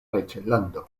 reĝlando